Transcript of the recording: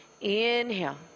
inhale